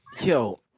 Yo